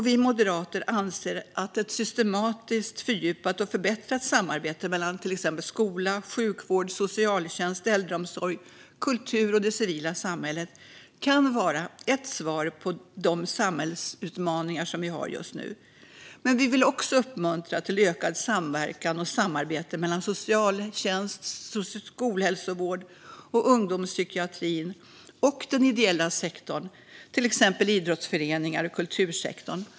Vi moderater anser att ett systematiskt, fördjupat och förbättrat samarbete mellan till exempel skola, sjukvård, socialtjänst, äldreomsorg, kultur och det civila samhället kan vara ett svar på de samhällsutmaningar som vi har just nu. Men vi vill också uppmuntra till ökad samverkan och samarbete mellan socialtjänst, skolhälsovård, ungdomspsykiatrin och den ideella sektorn, till exempel idrottsföreningar och kultursektorn.